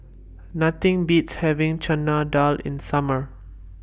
Nothing Beats having Chana Dal in Summer